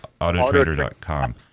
autotrader.com